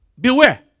Beware